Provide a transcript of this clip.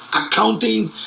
Accounting